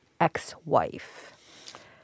ex-wife